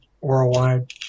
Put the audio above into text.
worldwide